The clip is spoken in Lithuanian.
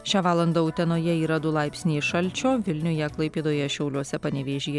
šią valandą utenoje yra du laipsniai šalčio vilniuje klaipėdoje šiauliuose panevėžyje